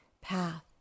path